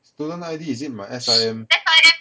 student I_D is it my S_I_M